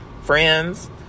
Friends